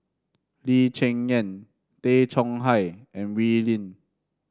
Lee Cheng Yan Tay Chong Hai and Wee Lin